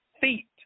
feet